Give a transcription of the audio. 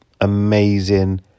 amazing